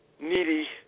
needy